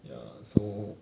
ya so